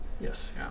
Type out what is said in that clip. Yes